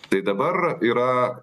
tai dabar yra